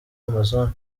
amazon